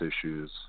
issues